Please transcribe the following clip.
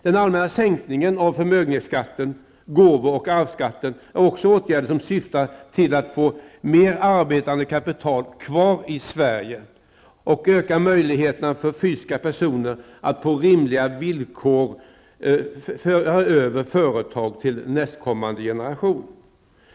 Den allmänna sänkningen av förmögenhetsskatten, gåvo och arvsskatten är också åtgärder som syftar till att få mer arbetande kapital kvar i Sverige och öka möjligheterna för fysiska personer att på rimliga villkor överlåta företag till nästa generation.